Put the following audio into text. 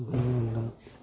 ओंखायनो आं दा